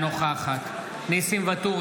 אינו נוכח דן אילוז,